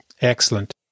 Excellent